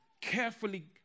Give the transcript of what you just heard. carefully